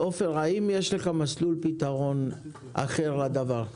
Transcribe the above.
עופר, האם יש לך מסלול פתרון אחר לדבר?